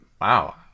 Wow